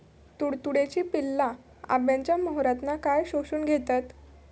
तुडतुड्याची पिल्ला आंब्याच्या मोहरातना काय शोशून घेतत?